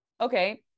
Okay